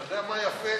בדיוק.